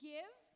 Give